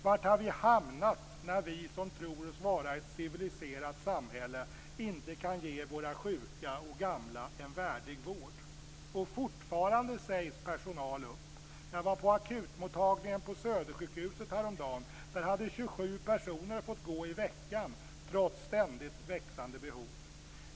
Var har vi hamnat när vi som tror oss vara ett civiliserat samhälle inte kan ge våra sjuka och gamla en värdig vård? Fortfarande sägs personal upp. Häromdagen var jag på akutmottagningen på Södersjukhuset. Där hade 27 personer fått gå i veckan, trots ständigt växande behov.